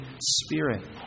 Spirit